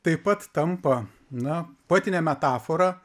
taip pat tampa na poetine metafora